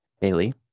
Bailey